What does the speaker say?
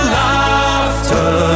laughter